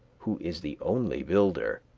who is the only builder